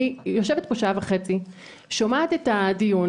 אני יושבת פה שעה וחצי ושומעת את הדיון.